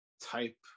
type